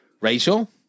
Rachel